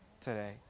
today